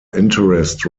interest